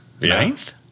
Ninth